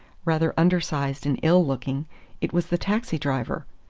rather under-sized and ill-looking it was the taxi-driver.